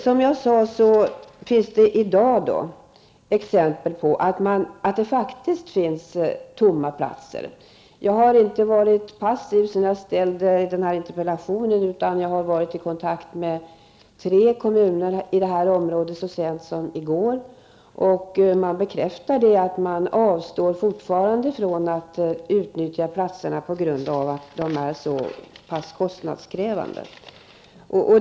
Som jag sade finns det i dag faktiskt tomma platser. Jag har inte varit passiv sedan jag ställde den här interpellationen, utan jag har varit i kontakt med tre kommuner i det här området så sent som i går. Man bekräftar att man fortfarande avstår från att utnyttja platserna på grund av att de är så pass kostnadskrävande.